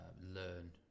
learn